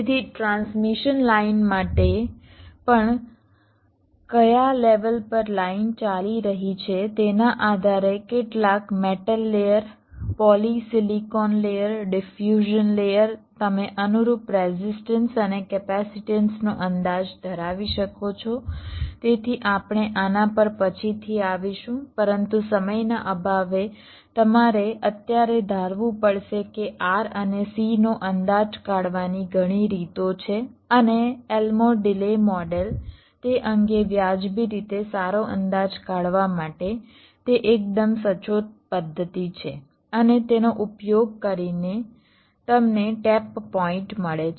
તેથી transmission line માટે પણ કયા લેવલ પર લાઇન ચાલી રહી છે તેના આધારે કેટલાક metal layer polysilicon layer diffusion layer તમે અનુરૂપ રેઝિસ્ટન્સ અને કેપેસિટેન્સનો અંદાજ ધરાવી શકો છો તેથી આપણે આના પર પછીથી આવીશું પરંતુ સમયના અભાવે તમારે અત્યારે ધારવું પડશે કે R અને C નો અંદાજ કાઢવાની ઘણી રીતો છે અને એલ્મોર ડિલે મોડેલ તે અંગે વ્યાજબી રીતે સારો અંદાજ કાઢવા માટે તે એકદમ સચોટ પદ્ધતિ છે અને તેનો ઉપયોગ કરીને તમને ટેપ પોઇન્ટ મળે છે